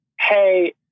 hey